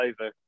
over